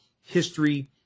history